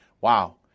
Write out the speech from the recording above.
Wow